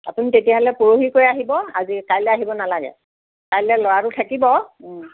আপুনি তেতিয়াহ'লে পৰহিকৈয়ে আহিব আজি কাইলৈ আহিব নালাগে কাইলৈ ল'ৰাটো থাকিব